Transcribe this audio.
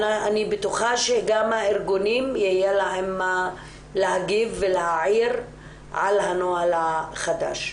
אני בטוחה שגם לארגונים יהיה מה להגיד ולהעיר על הנוהל החדש.